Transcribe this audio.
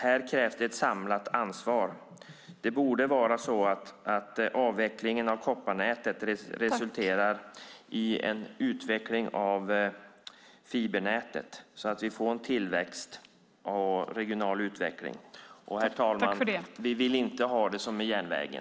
Här krävs ett samlat ansvar. Det borde vara så att avvecklingen av kopparnätet resulterar i en utveckling av fibernätet. Så kan vi få en tillväxt och en regional utveckling. Fru talman! Vi vill inte ha det som med järnvägen.